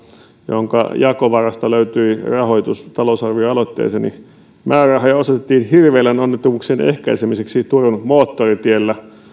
jonka jakovarasta löytyi rahoitus talousarvioaloitteeseeni määrärahoja osoitettiin hirvieläinonnettomuuksien ehkäisemiseksi turun moottoritiellä